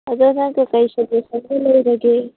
ꯑꯗꯣ ꯅꯪ ꯀꯩꯀꯩ ꯁꯖꯦꯁꯟꯕꯨ ꯂꯩꯔꯒꯦ